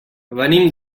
venim